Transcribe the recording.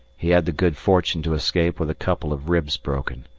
he had the good fortune to escape with a couple of ribs broken,